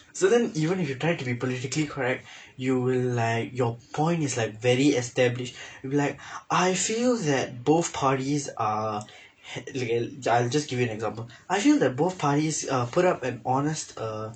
so then even if you try to be politically correct you will like your point is like very established you'll be like I feel that both parties are I'll just give you an example I feel that both parties ah put up an honest err